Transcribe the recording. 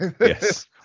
Yes